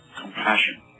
compassion